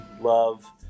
love